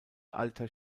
alter